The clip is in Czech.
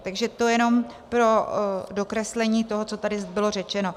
Takže to jenom pro dokreslení toho, co tady bylo řečeno.